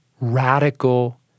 radical